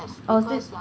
oh is it